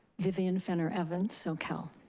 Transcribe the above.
vivian fenner-evans, soquel.